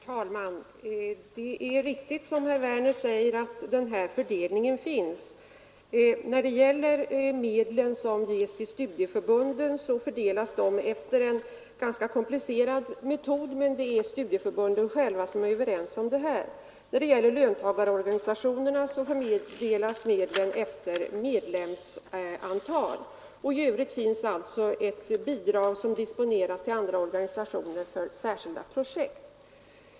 Herr talman! Det är riktigt som herr Werner i Malmö säger att den här fördelningen finns. Medlen till studieförbunden förmedlas efter en ganska komplicerad metod, men det är studieförbunden själva som är överens om denna. Medlen till löntagarorganisationerna fördelas efter medlemsantal, och i övrigt finns ett bidrag som disponeras för andra organisationer till särskilda projekt.